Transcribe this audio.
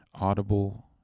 audible